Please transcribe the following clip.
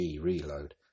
reload